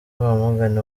wamugani